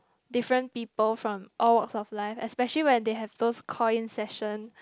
different people from all walks of life especially when they have those call in sessions